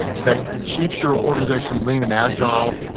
that keeps your organization lean and agile.